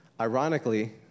Ironically